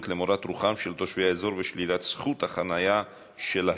למורת רוחם של תושבי האזור ושלילת זכות החניה שלהם,